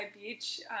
Beach